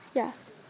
ya